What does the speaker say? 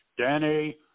Danny